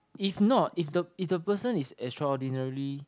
if not if the if the person is extraordinarily